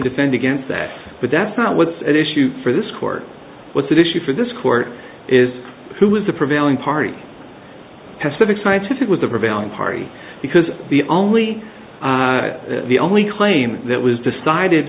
defend against that but that's not what's at issue for this court what's at issue for this court is who is the prevailing party has to fix scientific with the prevailing party because the only the only claim that was decided